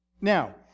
Now